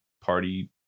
party